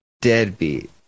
deadbeat